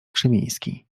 krzemiński